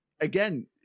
again